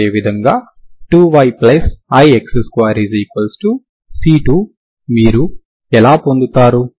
అదేవిధంగా 2yix2C2మీరు ఎలా పొందుతారు